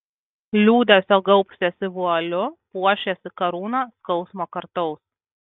liūdesio gaubsiesi vualiu puošiesi karūna skausmo kartaus